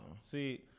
See